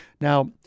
Now